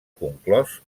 conclòs